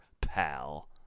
pal